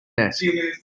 desk